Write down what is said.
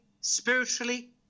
spiritually